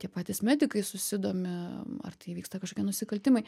tie patys medikai susidomi ar tai įvyksta kažkokie nusikaltimai